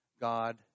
God